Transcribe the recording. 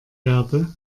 werde